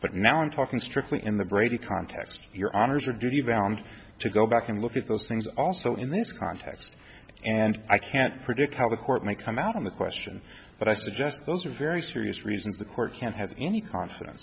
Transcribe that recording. but now i'm talking strictly in the brady context your honour's are duty bound to go back and look at those things also in this context and i can't predict how the court may come out on the question but i suggest those are very serious reasons the court can't have any confidence